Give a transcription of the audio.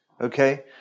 okay